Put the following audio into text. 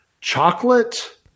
chocolate